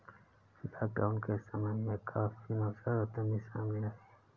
lockdown के समय में काफी नवजात उद्यमी सामने आए हैं